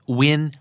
win